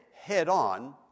head-on